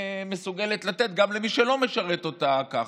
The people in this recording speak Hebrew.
מסוגלת לתת גם למי שלא משרת אותה ככה.